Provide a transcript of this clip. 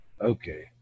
Okay